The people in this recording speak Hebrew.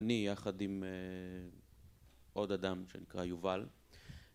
אני יחד עם עוד אדם שנקרא יובל